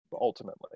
Ultimately